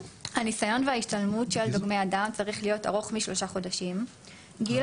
הניסיון וההשתלמות של דוגמי הדם צריך להיות ארוך משלושה חודשים; גיל